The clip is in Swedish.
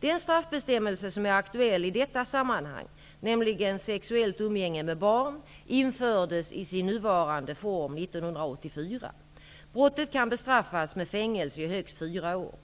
Den straffbestämmelse som är aktuell i detta sammanhang, nämligen sexuellt umgänge med barn, infördes i sin nuvarande form år 1984. Brottet kan bestraffas med fängelse i högst fyra år.